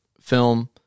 film